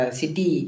city